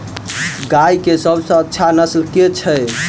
गाय केँ सबसँ अच्छा नस्ल केँ छैय?